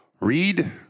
Read